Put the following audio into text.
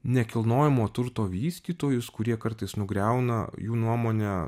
nekilnojamo turto vystytojus kurie kartais nugriauna jų nuomone